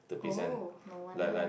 oh no wonder